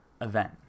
Event